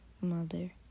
mother